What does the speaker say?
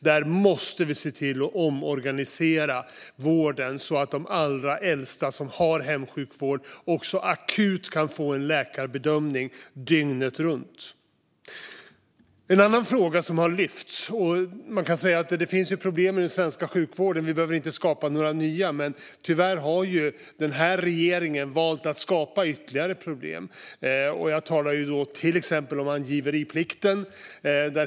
Där måste vi omorganisera vården så att de allra äldsta som har hemsjukvård också akut kan få en läkarbedömning dygnet runt. Det finns problem i den svenska sjukvården, och vi behöver inte skapa nya, men tyvärr har den här regeringen valt att skapa ytterligare problem. Jag talar om till exempel angiveriplikten.